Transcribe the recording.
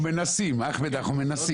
אחמד, אנחנו מנסים.